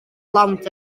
lawnt